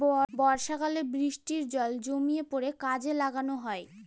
বর্ষাকালে বৃষ্টির জল জমিয়ে পরে কাজে লাগানো হয়